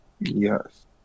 Yes